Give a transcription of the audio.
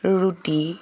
ৰুটি